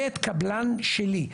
ואת קבלן שלי.